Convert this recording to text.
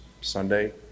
Sunday